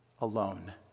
alone